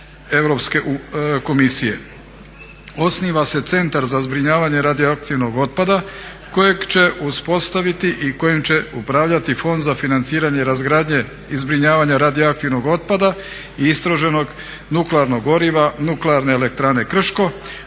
Osniva se Centar za zbrinjavanje radioaktivnog otpada kojeg će uspostaviti i kojim će upravljati Fond za financiranje razgradnje i zbrinjavanja radioaktivnog otpada i istrošenog nuklearnog goriva nuklearne elektrane Krško,